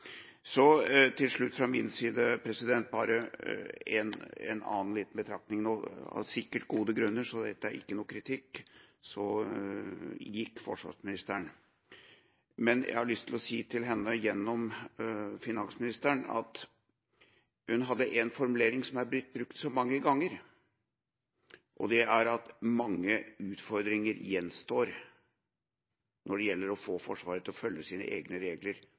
Til slutt fra min side bare en annen liten betraktning. Av sikkert gode grunner – så dette er ikke noen kritikk – gikk forsvarsministeren, men jeg har lyst til å si til henne gjennom finansministeren at hun hadde en formulering som er blitt brukt mange ganger, og det er at mange utfordringer gjenstår når det gjelder å få Forsvaret til å følge sine egne regler